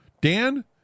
Dan